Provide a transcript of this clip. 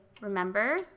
Remember